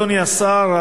אדוני השר,